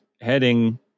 heading